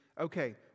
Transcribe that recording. okay